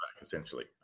essentially